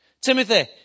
Timothy